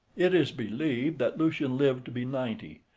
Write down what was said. it is believed that lucian lived to be ninety,